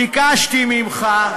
ביקשתי ממך,